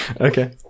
okay